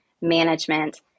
management